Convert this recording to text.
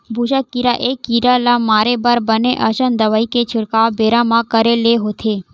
भूसा कीरा ए कीरा ल मारे बर बने असन दवई के छिड़काव बेरा म करे ले होथे